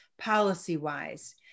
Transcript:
policy-wise